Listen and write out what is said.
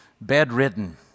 bedridden